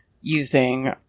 using